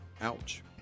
Ouch